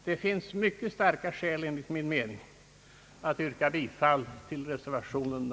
Det finns enligt min mening mycket starka skäl för att yrka bifall till reservationen.